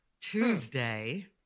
Tuesday